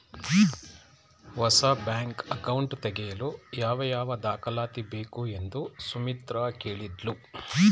ಹೊಸ bank account ತೆಗೆಯಲು ಯಾವ ಯಾವ ದಾಖಲಾತಿ ಬೇಕು ಎಂದು ಸುಮಿತ್ರ ಕೇಳಿದ್ಲು